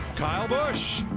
kyle busch,